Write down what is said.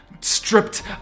stripped